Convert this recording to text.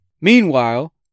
Meanwhile